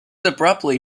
abruptly